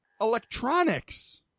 electronics